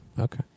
Okay